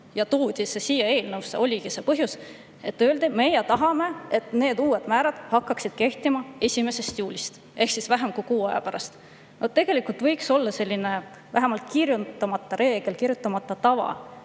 ja toodi see siia eelnõusse, oligi see, et öeldi: "Meie tahame, et need uued määrad hakkaksid kehtima 1. juulist ehk vähem kui kuu aja pärast." Tegelikult võiks olla vähemalt kirjutamata reegel, kirjutamata tava,